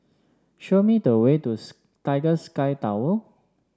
show me the way to Sky Tower